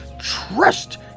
trust